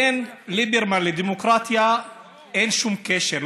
בין ליברמן לדמוקרטיה אין שום קשר,